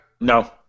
No